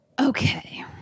Okay